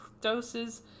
doses